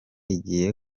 igiye